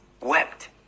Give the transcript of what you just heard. wept